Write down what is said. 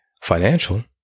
Financial